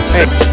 Hey